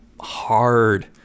hard